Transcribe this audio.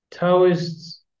taoists